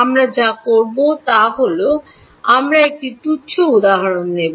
আমরা যা করব তা হল আমরা একটি তুচ্ছ উদাহরণ নেব